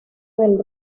del